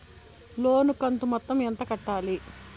లోను కంతు మొత్తం ఎంత కట్టాలి?